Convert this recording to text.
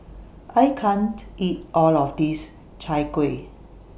I can't eat All of This Chai Kuih